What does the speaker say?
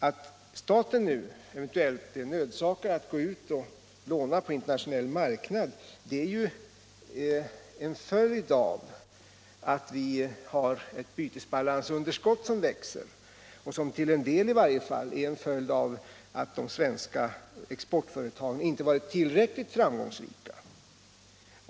Att staten nu eventuellt är nödsakad att gå ut och låna på internationell marknad är ju en följd av att vi har ett bytesbalansunderskott som växer och som till en del i varje fall är en följd av att de svenska exportföretagen inte varit tillräckligt framgångsrika.